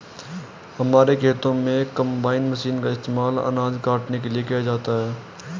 हमारे खेतों में कंबाइन मशीन का इस्तेमाल अनाज काटने के लिए किया जाता है